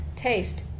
taste